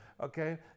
okay